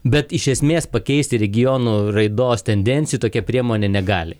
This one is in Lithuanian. bet iš esmės pakeisti regiono raidos tendencijų tokia priemonė negali